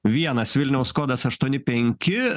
vienas vilniaus kodas aštuoni penki